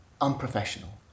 unprofessional